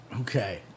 Okay